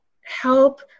help